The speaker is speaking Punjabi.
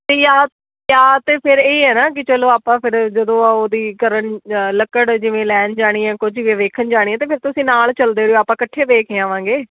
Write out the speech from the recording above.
ਜਾ ਜਾਂ ਤਾਂ ਫਿਰ ਇਹ ਹੈ ਨਾ ਕਿ ਚਲੋ ਆਪਾਂ ਫਿਰ ਜਦੋਂ ਉਹਦੀ ਕਰਨ ਲੱਕੜ ਜਿਵੇਂ ਲੈਣ ਜਾਣੀ ਹੈ ਕੁਝ ਵ ਵੇਖਣ ਜਾਣੀ ਹੈ ਅਤੇ ਫਿਰ ਤੁਸੀਂ ਨਾਲ ਚੱਲਦੇ ਰਿਹੋ ਆਪਾਂ ਇਕੱਠੇ ਵੇਖ ਆਵਾਂਗੇ